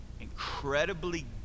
incredibly